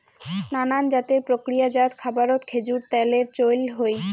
নানান জাতের প্রক্রিয়াজাত খাবারত খেজুর ত্যালের চইল হই